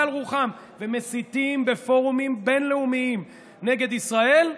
על רוחם ומסיתים בפורומים בין-לאומיים נגד ישראל,